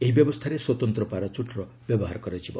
ଏହି ବ୍ୟବସ୍ଥାରେ ସ୍ୱତନ୍ତ୍ର ପାରାଚୁଟ୍ର ବ୍ୟବହାର କରାଯିବ